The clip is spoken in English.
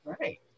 right